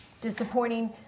disappointing